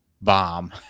bomb